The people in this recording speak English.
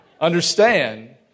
understand